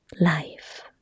life